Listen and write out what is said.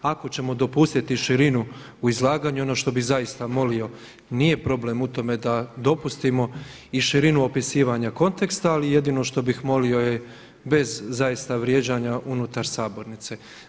Ako ćemo dopustiti širinu u izlaganju, ono što bih zaista molio nije problem u tome da dopustimo i širinu opisivanja konteksta, ali jedino što bih molio je bez zaista vrijeđanja unutar sabornice.